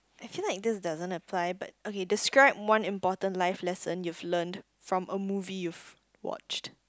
I feel like this doesn't apply but okay describe one important life lesson you've learned from a movie you've watched